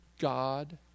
God